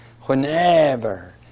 Whenever